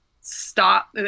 stop